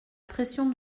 pression